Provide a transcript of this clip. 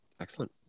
excellent